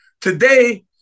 Today